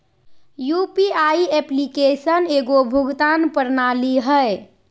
UPI application एगो भुगतान प्रणाली हइ